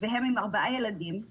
והם עם ארבעה ילדים.